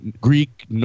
Greek